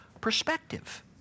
perspective